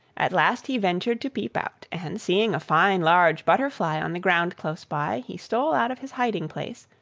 at last he ventured to peep out, and, seeing a fine large butterfly on the ground close by, he stole out of his hiding-place,